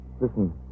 listen